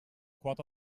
quota